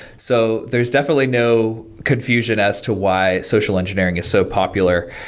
so there's definitely no confusion as to why social engineering is so popular,